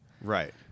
right